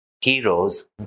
heroes